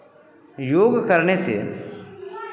योग करने से